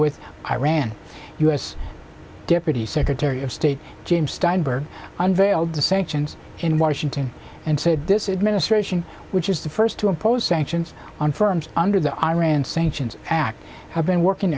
with iran u s deputy secretary of state jim steinberg unveiled the sanctions in washington and said this is ministration which is the first to impose sanctions on firms under the iran sanctions act have been working